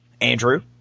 Andrew